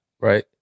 right